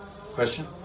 Question